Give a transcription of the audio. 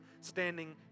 standing